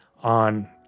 on